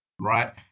right